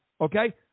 okay